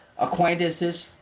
acquaintances